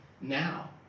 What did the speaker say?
now